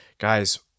guys